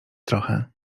trochę